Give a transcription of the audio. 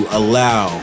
allow